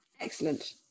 Excellent